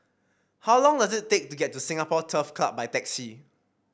how long does it take to get to Singapore Turf Club by taxi